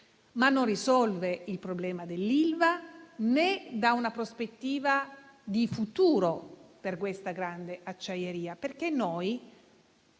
non risolve il problema dell'Ilva né dà una prospettiva di futuro per questa grande acciaieria. Noi non